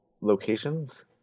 locations